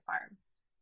farms